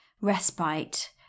respite